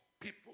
people